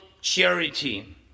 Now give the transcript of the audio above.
charity